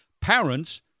parents